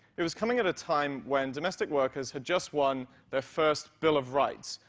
it was coming at a time when domestic workers had just won their first bill of rights.